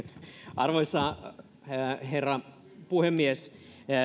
arvoisa herra puhemies